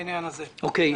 רוני,